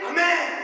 Amen